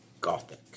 Gothic